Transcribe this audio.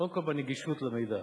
קודם כול בנגישות למידע,